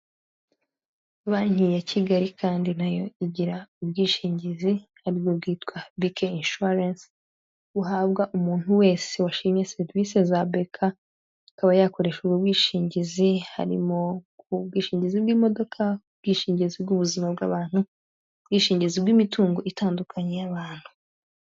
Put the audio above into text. Banki ya Kigali kandi nayo igira ubwishingizi aribwo bwitwa BK insuwarensi, buhabwa umuntu wese washimye serivisi za beka, akaba yakoresha ubu ubwishingizi, harimo ubwishingizi bw'imodoka, ubwishingizi bw'ubuzima bw'abantu, ubwishingizi bw'imitungo itandukanye y'abantu.